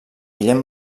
guillem